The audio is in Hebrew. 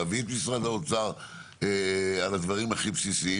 להביא את משרד האוצר על הדברים הכי בסיסיים.